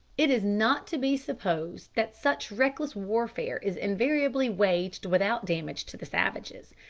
it is not to be supposed that such reckless warfare is invariably waged without damage to the savages.